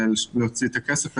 להוציא את הכסף,